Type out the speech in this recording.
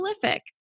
prolific